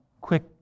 quick